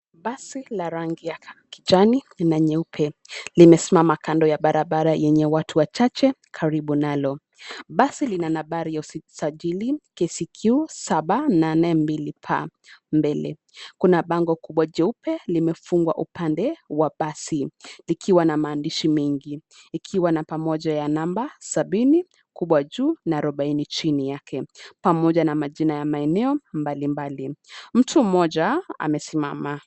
Basi la rangi ya kijani, na nyeupe, limesimama kando ya barabara yenye watu wachache karibu nalo. Basi lina nambari ya usajili KCQ saba nane mbili 'P' mbele. Kuna bango kumbwa jeupe limefungwa upande wa basi likiwa na maandishi mengi likiwa na pamoja ya namba sabini kubwa juu na arobaini kwa chini yake pamoja na majina ya maeneo mbalimbali mtu mmoja amesimama.